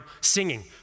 singing